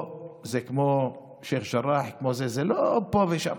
פה זה כמו שייח' ג'ראח, זה לא פה ושם.